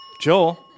Joel